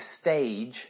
stage